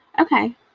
Okay